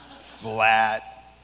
flat